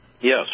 Yes